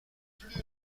plus